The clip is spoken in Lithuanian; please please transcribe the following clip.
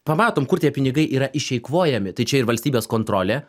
pamatom kur tie pinigai yra išeikvojami tai čia ir valstybės kontrolė